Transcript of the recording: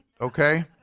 okay